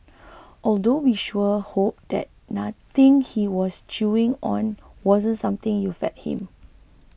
although we sure hope that nothing he was chewing on wasn't something you fed him